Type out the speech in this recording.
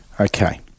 Okay